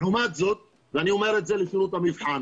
לעומת זאת, ואני אומר את זה לשירות המבחן